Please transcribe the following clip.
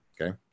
Okay